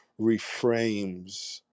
reframes